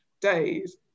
days